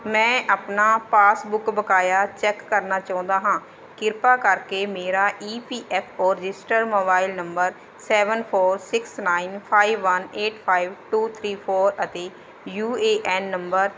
ਮੈਂ ਆਪਣਾ ਪਾਸਬੁੱਕ ਬਕਾਇਆ ਚੈੱਕ ਕਰਨਾ ਚਾਹੁੰਦਾ ਹਾਂ ਕਿਰਪਾ ਕਰਕੇ ਮੇਰਾ E P F O registered mobile number seven four six nine five one eight five two three four ਅਤੇ ਯੂ ਏ ਐੱਨ ਨੰਬਰ